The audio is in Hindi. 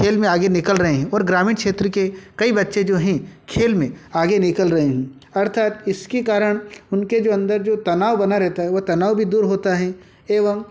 खेल में आगे निकल रहे हैं और ग्रामीण क्षेत्र के कई बच्चे जो हैं खेल में आगे निकल रहे हैं अर्थात् इसके कारण उनके जो अंदर जो तनाव बना रहता है वह तनाव भी दूर होता है एवम